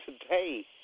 today